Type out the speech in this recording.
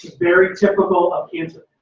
very typical of cancer.